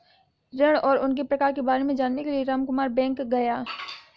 ऋण और उनके प्रकार के बारे में जानने के लिए रामकुमार बैंक गया